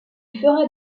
fera